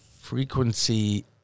frequency